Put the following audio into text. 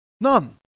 None